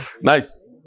Nice